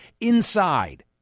inside